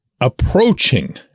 approaching